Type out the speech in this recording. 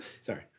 Sorry